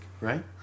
right